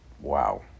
wow